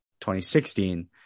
2016